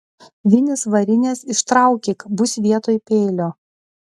vinys varinės ištraukyk bus vietoj peilio